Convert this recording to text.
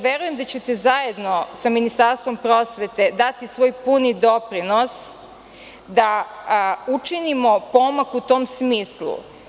Verujem da ćete zajedno sa Ministarstvom prosvete dati svoj puni doprinos da učinimo pomak u tom smislu.